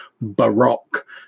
baroque